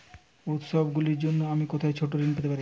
উত্সবগুলির জন্য আমি কোথায় ছোট ঋণ পেতে পারি?